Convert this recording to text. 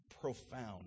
profound